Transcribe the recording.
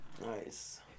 Nice